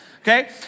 okay